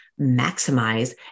maximize